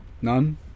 None